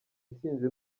ntsinzi